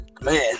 man